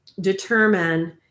determine